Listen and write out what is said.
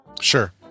Sure